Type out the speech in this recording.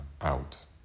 out